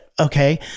Okay